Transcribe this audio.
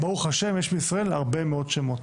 ברוך ה' יש בישראל הרבה מאוד שמות.